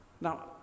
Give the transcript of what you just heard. Now